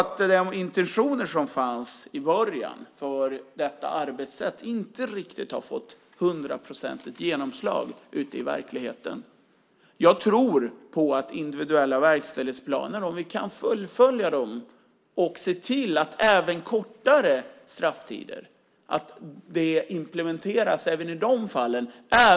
De intentioner som fanns i början för detta arbetssätt har nämligen inte riktigt fått hundraprocentigt genomslag ute i verkligheten. Jag tror på individuella verkställighetsplaner, om vi kan fullfölja dem och se till att de implementeras även när det gäller kortare strafftider.